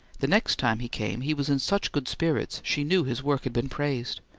the next time he came, he was in such good spirits she knew his work had been praised,